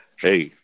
Hey